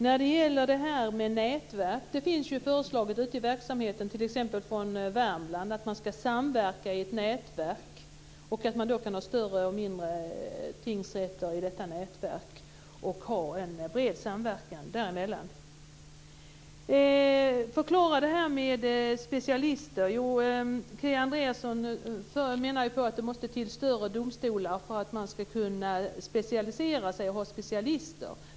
När det gäller nätverk vill jag peka på att man från verksamheten i Värmland har föreslagit en samverkan i nätverk där både större och mindre tingsrätter ingår och där man kan ha en bred samverkan. Vad beträffar specialister menar Kia Andreasson att det måste till större domstolar för att dessa ska kunna anställa specialister.